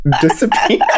disappear